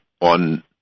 on